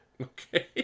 okay